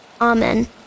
amen